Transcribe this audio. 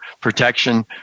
Protection